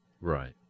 Right